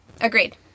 Agreed